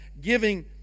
giving